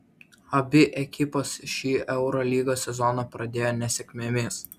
abi ekipos šį eurolygos sezoną pradėjo nesėkmėmis